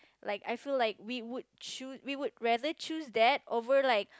like I feel like we would cho~ we would rather choose that over like